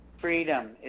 Freedom